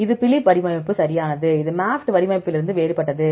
இது பிலிப் வடிவமைப்பு சரியானது இது MAFFT வடிவமைப்பிலிருந்து வேறுபட்டது